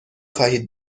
خواهید